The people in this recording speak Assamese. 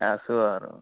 আছোঁ আৰু